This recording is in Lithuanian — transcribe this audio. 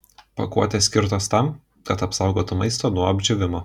pakuotės skirtos tam kad apsaugotų maistą nuo apdžiūvimo